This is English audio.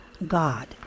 God